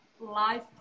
life